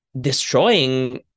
destroying